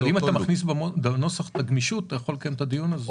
אבל אם אתה מכניס בנוסח את הגמישות אתה יכול לקיים את הדיון הזה.